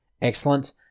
Excellent